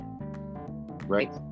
right